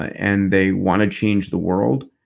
and they wanna change the world.